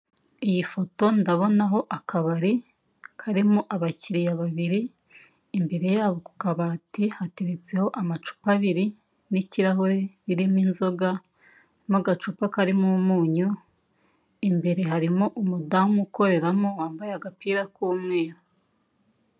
Iyi foto ndabonaho akabari karimo abakiriya babiri, imbere yabo ku kabati hateretseho amacupa abiri n'ikirahure birimo inzoga n'agacupa karimo umunyu, imbere harimo umudamu ukoreramo wambaye agapira k'umweru.